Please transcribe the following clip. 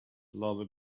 loved